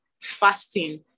fasting